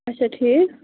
اَچھا ٹھیٖک